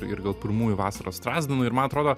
ir gal pirmųjų vasaros strazdanų ir man atrodo